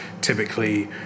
typically